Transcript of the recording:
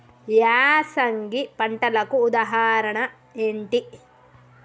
యాసంగి పంటలకు ఉదాహరణ ఏంటి?